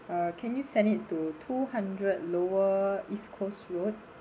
uh can you send it to two hundred lower east coast road